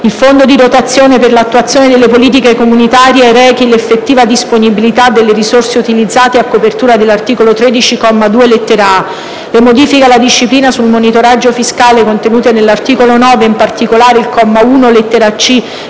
il Fondo di rotazione per l'attuazione delle politiche comunitarie rechi l'effettiva disponibilità delle risorse utilizzate a copertura dell'articolo 13, comma 2, lettera *a)*; - le modifiche alla disciplina sul monitoraggio fiscale contenute nell'articolo 9 -ed in particolare il comma 1, lettera